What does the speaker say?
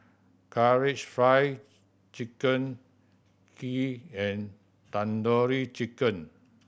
Karaage Fried Chicken Kheer and Tandoori Chicken